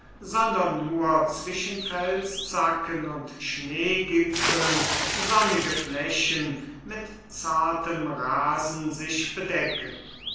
sondern nur zwischen felszacken und schneegipfeln sonnige flächen mit zartem rasen sich bedecken